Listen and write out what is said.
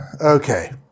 okay